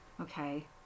Okay